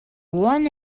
one